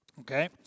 Okay